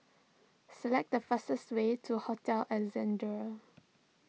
select the fastest way to Hotel Ascendere